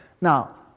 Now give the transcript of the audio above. Now